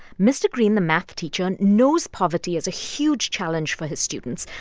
mr. greene, the math teacher, and knows poverty is a huge challenge for his students,